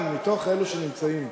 אבל מתוך אלה שנמצאים